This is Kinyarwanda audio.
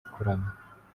kurama